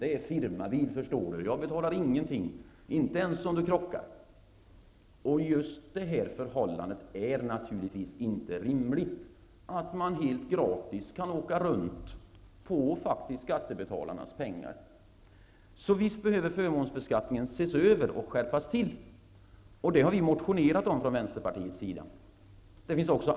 Det är en firmabil. Jag betalar ingenting, inte ens om du krockar. Just det förhållandet att man helt gratis kan åka omkring, så är det faktiskt, på skattebetalarnas bekostnad är orimligt. Visst behövs det en översyn av förmånsbeskattningen liksom en skärpning i detta sammanhang. Det har vi i Vänsterpartiet också motionerat om.